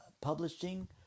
publishing